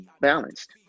balanced